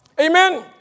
amen